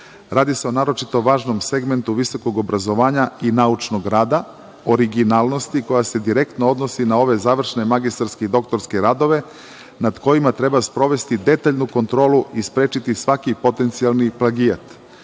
Radi se o naročito važnom segmentu visokog obrazovanja i naučnog rada, originalnosti koja se direktno odnosi na ove završne magistarske i doktorske radove, nad kojima treba sprovesti detaljnu kontrolu i sprečiti svaki potencijalni plagijat. Konačno,